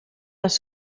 les